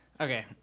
Okay